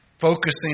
focusing